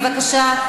בבקשה.